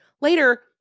later –